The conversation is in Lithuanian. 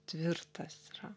tvirtas yra